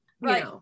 right